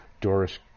Doris